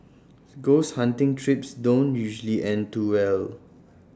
ghost hunting trips don't usually end too well